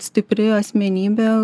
stipri asmenybė